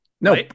no